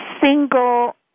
single